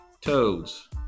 Toads